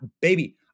baby